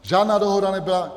Žádná dohoda nebyla.